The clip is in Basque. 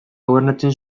gobernatzen